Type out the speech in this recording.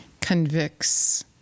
Convicts